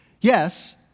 Yes